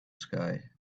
sky